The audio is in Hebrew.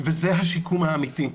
וזה השיקום האמיתי,